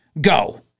Go